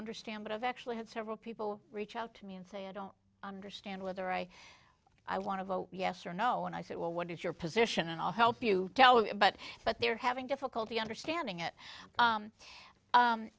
understand but i've actually had several people reach out to me and say i don't understand whether i i want to vote yes or no and i said well what is your position and i'll help you tell it but but they're having difficulty understanding it